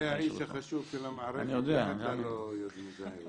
זה האיש החשוב של המערכת, איך אתה לא יודע מי זה?